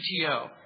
GTO